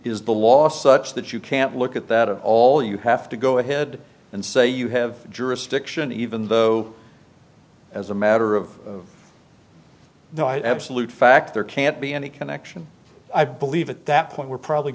is the last such that you can't look at that of all you have to go ahead and say you have jurisdiction even though as a matter of no i absolute fact there can't be any connection i believe at that point we're probably